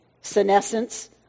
Senescence